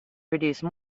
produce